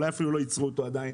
אולי אפילו לא ייצרו אותו עדיין,